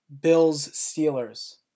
Bills-Steelers